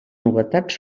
novetats